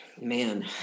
Man